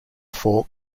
fork